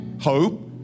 hope